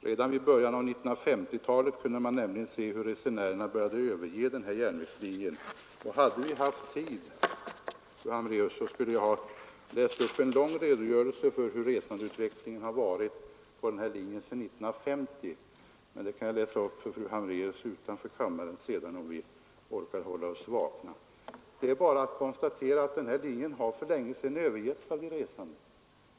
Redan vid början av 1950-talet kunde man nämligen se hur resenärerna började överge den här järnvägslinjen — hade vi haft tid, skulle jag ha läst upp en lång redogörelse för resandeutvecklingen på linjen sedan 1950, men den kan jag ju läsa upp för fru Hambraeus utanför kammaren sedan, om vi orkar hålla oss vakna. Det är bara att konstatera att linjen för länge sedan har övergetts av de resande.